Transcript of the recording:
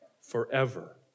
forever